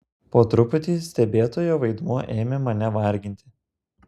po truputį stebėtojo vaidmuo ėmė mane varginti